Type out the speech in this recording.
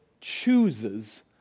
chooses